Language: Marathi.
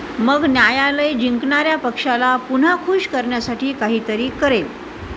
मग न्यायालय जिंकणाऱ्या पक्षाला पुन्हा खूश करण्यासाठी काहीतरी करेल